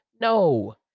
No